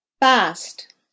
Fast